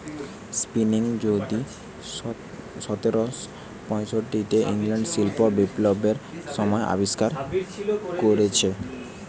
spinning যিনি সতেরশ পয়ষট্টিতে ইংল্যান্ডে শিল্প বিপ্লবের সময় আবিষ্কার কোরেছে